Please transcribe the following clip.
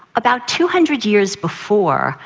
about two hundred years before,